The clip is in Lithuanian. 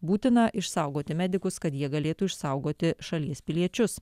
būtina išsaugoti medikus kad jie galėtų išsaugoti šalies piliečius